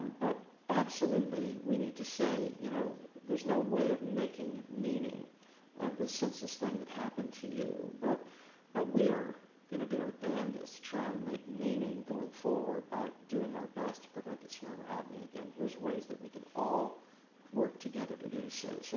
but absolutely, we need to say, you know, there's no way of making meaning of the senseless thing that happened to you. but but we are going to do our damndest to try and make meaning, going forward, by doing our best to prevent this from ever happening again. here's ways that we can all work together to do so. so,